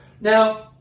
Now